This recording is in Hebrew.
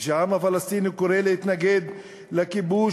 כשהעם הפלסטיני קורא להתנגד לכיבוש,